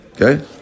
Okay